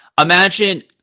imagine